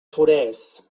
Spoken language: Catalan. forès